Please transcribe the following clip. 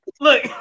Look